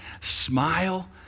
smile